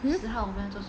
mm